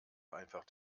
einfach